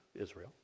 Israel